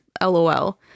lol